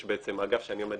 יש בעצם אגף שאני עומד